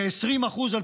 כ-20% מהסטודנטים,